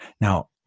Now